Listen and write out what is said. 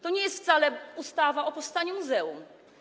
To nie jest wcale ustawa o powstaniu muzeum.